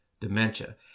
Dementia